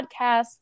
podcasts